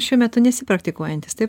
šiuo metu nesi praktikuojantis taip